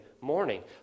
morning